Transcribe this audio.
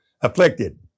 afflicted